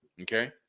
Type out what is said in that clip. okay